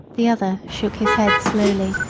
the other shook his head slowly,